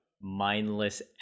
mindless